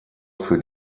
für